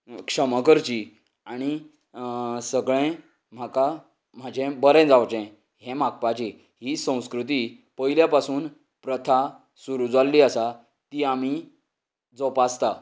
क्षमा करची आनी सगळें म्हाका म्हजें बरें जावचें हें मागपाची ही संस्कृती पयल्या पासून प्रथा सुरू जाल्ली आसा ती आमी जोपासता